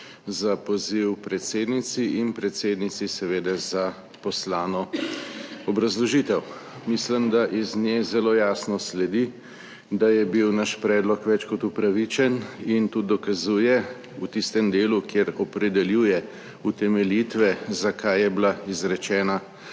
za poziv predsednici in predsednici seveda za poslano obrazložitev. Mislim, da iz nje zelo jasno sledi, da je bil naš predlog več kot upravičen in tudi dokazuje, v tistem delu, kjer opredeljuje utemeljitve zakaj je bila izrečena